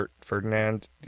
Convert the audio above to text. Ferdinand